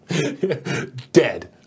Dead